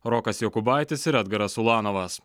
rokas jokubaitis ir edgaras ulanovas